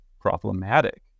problematic